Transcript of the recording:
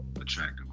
attractive